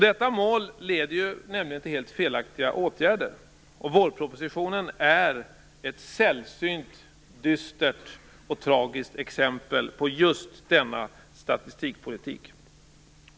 Detta mål leder ju nämligen till helt felaktiga åtgärder. Vårpropositionen är ett sällsynt dystert och tragiskt exempel på just denna statistikpolitik.